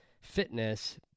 fitness